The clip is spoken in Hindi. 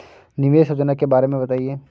निवेश योजना के बारे में बताएँ?